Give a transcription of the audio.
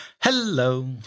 Hello